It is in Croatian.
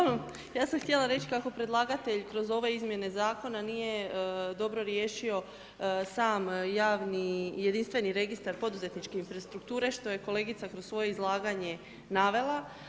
Uglavnom ja sam htjela reći kako predlagatelj kroz ove izmjene zakona nije dobro riješio sam javni jedinstveni registar poduzetničke infrastrukture, što je kolegica kroz svoje izlaganje navela.